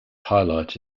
highlight